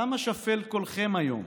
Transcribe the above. / למה שפל קולכם היום